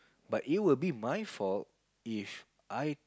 but it will be my fault If I